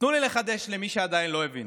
תנו לי לחדש למי שעדיין לא הבין: